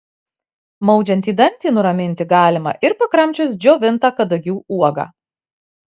maudžiantį dantį nuraminti galima ir pakramčius džiovintą kadagių uogą